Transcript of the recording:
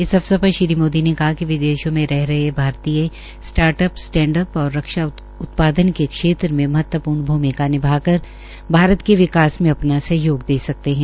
इस अवसर पर श्री मोदी ने विदेशों मे रह रहे भारतीय स्टार्टअप स्टैंडअप और रक्षा उत्पादन के क्षेत्र में महत्वपूर्ण भूमिका निभा कर भारत के विकास में अपना सहयोग दे सकते है